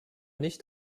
nicht